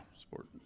sport